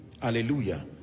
hallelujah